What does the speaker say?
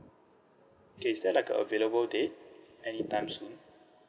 okay is there like a available day anytime soon